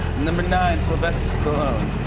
number nine sylvester stallone.